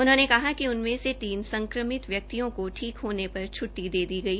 उन्होंने कहा कि उनमे से तीन संक्रमित व्यक्तियों को ठीक होने पर छुट्टी दे दी गई